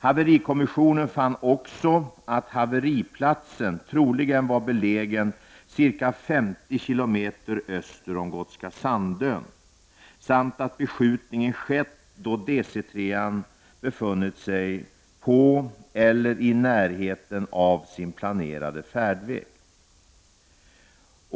Haverikommissionen fann också att haveriplatsen troligen var belägen ca 50 kilometer öster om Gotska Sandön samt att beskjutningen skett då DC 3-an befunnit sig på eller i närheten av sin planerade färdväg.